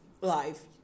life